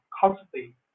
constantly